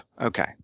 Okay